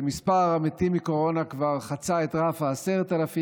כשמספר המתים מקורונה כבר חצה את רף ה-10,000,